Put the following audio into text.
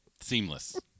Seamless